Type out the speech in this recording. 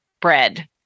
bread